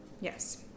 Yes